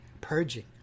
purging